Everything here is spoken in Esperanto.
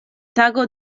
tago